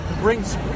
brings